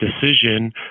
decision